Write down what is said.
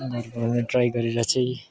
घर बनाउने ट्राई गरेर चाहिँ